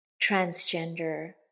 transgender